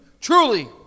Truly